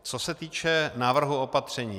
Co se týče návrhu opatření.